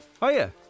Hiya